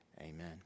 Amen